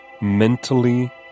mentally